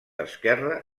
esquerra